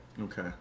Okay